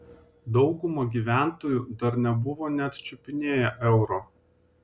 dauguma gyventojų dar nebuvo net čiupinėję euro